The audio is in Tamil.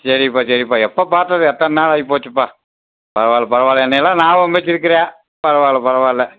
சரிப்பா சரிப்பா எப்போ பார்த்தது எத்தனை நாள் ஆகிபோச்சுப்பா பரவாயில்ல பரவாயில்ல என்னையெல்லாம் ஞாபகம் வச்சுருக்குற பரவாயில்ல பரவாயில்ல